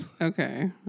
Okay